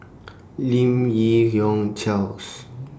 Lim Yi Yong Charles